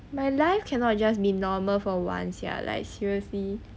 my life cannot just be normal for once sia like seriously